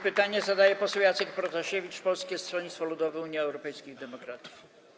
Pytanie zadaje poseł Jacek Protasiewicz, Polskie Stronnictwo Ludowe - Unia Europejskich Demokratów.